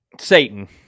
Satan